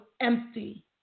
empty